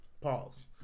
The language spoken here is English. pause